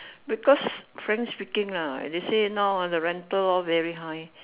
because frankly speaking lah they say now ah the rental all very high